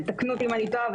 תקנו אותי אם אני טועה,